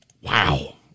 Wow